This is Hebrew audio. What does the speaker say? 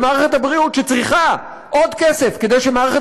למערכת הבריאות שצריכה עוד כסף כדי שמערכת